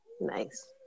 Nice